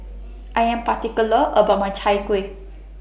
I Am particular about My Chai Kueh